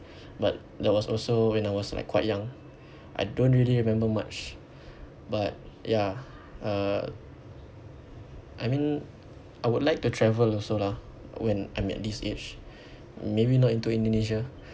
but that was also when I was like quite young I don't really remember much but ya uh I mean I would like to travel also lah when I'm at this age maybe not into Indonesia